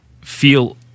feel